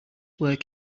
work